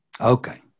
Okay